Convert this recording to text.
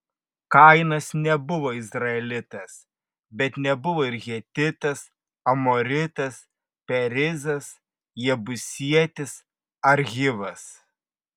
kainas nebuvo izraelitas bet nebuvo ir hetitas amoritas perizas jebusietis ar hivas